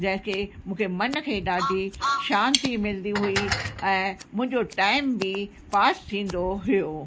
जंहिंखें मूंखे मन खे ॾाढी शांती मिलंदी हुई ऐं मुंहिंजो टाइम बि पास थींदो हुओ